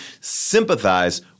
sympathize